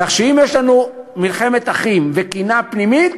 כך שאם יש לנו מלחמת אחים וקנאה פנימית,